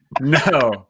No